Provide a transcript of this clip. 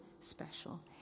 special